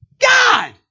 God